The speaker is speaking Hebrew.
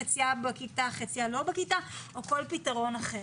חציה בכיתה וחציה לא בכיתה או כל פתרון אחר.